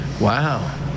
Wow